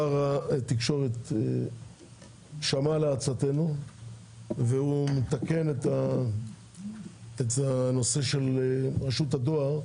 שר התקשורת שמע לעצתנו והוא מתקן את הנושא של רשות הדואר,